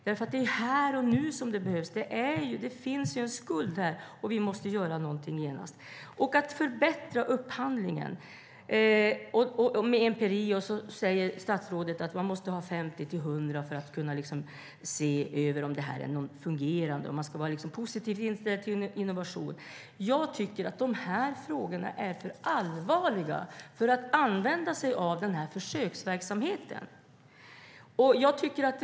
Det är här och nu som underhållet behövs. Det finns en skuld där, och vi måste genast göra något. Statsrådet talar om att förbättra upphandlingen, empiri och 50-100 entreprenader för att se om den fungerar. Man ska vara positivt inställd till innovation. Jag tycker att frågorna är för allvarliga för att använda sig av försöksverksamheten.